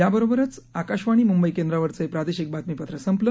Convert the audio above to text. याबरोबरच आकाशवाणी मुंबई केंद्रावरचं हे प्रादेशिक बातमीपत्र संपलं